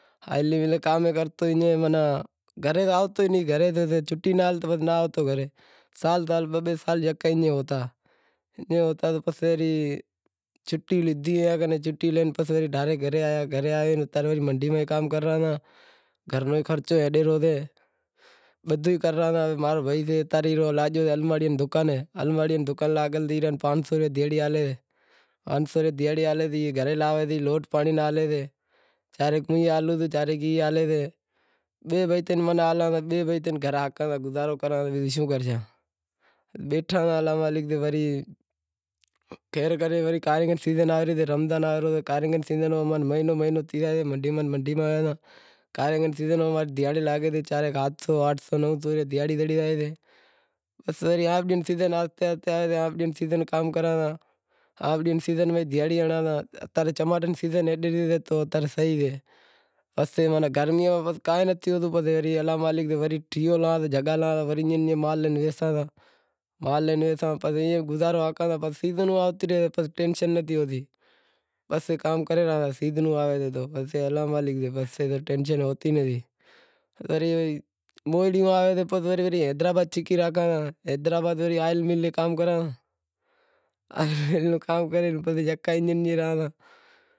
آئل ری مل تی کام کرتو پسے گھرے آوتو ئی ناں، چھوٹی ناں ہوتی تو گھراے ناں ہالتو، سال سال بئے بئے سال ایئں ہوتو۔ ایئں ہوتا تو پسے چھوٹی لیدہی، چھوٹی لے پسے ڈاریک گھرے آیا، گھرے آئے منڈی میں کام کرے رہاں تا۔ گھر رو بھی خرچو ہالے رہیو سےبدہو ئی کرے رہاں تا، ماں رو بھائی سے دکان ماتھے لاگی رہیو سے پانس سو روپیا دہاڑی ہالے تی ، دہاڑی ہالے تی گھرے آوے بئے بئے ترن مہیناں ہالاں تا، بئے بئے ترن ترن گھر ہاکاں تا گزارو کراں تا شوں کرشاںبیٹھا آں الا مالک سے وری کاڑینگاں ری سیزن آوے ری، رمضان آوے رو کاڑینگ ری سیزن میں امیں مہینو مہینو تھی زائے ای ماناں منڈی میں آواں تا کاڑینگاں ری سیزن میں دہاڑی لاگے تی، سات سو آٹھ سو نو سو دہاڑی زڑی زائے تی، پسے آنبڑیاں ری سیزن آوے تی، آنبڑیاں ری سیزن میں کام کراں تا آنبڑیاں ری سیزن میں دہاڑی ہنڑاں تا، چماٹاں ری سیزن صحیح سے۔ پسے گرمیں میں الا مالک سے پسے جگہا لاں تا ایئں تھی مال ویساں تا۔ پسے ایئں گزارو آکاں تا سیزن آتی رہی پسے الا مالک سے ٹینشن نتھی ہوتی پسے موڑیوں آویں تو حیدرآباد چھکی راکھاں حیدرآباد ری آئل مل تی کام کراں کام کرے پسے یکا ایئم ای رہاں تا۔ آئل ری مل تے کام